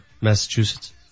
Massachusetts